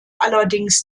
allerdings